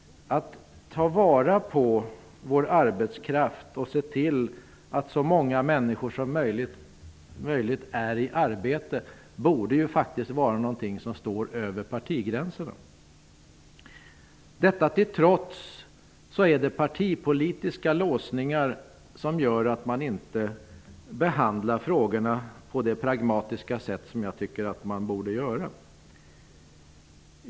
Att ta vara på vår arbetskraft och se till att så många människor som möjligt är i arbete borde faktiskt vara någonting som står över partigränserna. Detta till trots är det partipolitiska låsningar som gör att man inte behandlar frågorna på det pragmatiska sätt som jag anser att man borde göra.